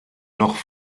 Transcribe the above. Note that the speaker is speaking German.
noch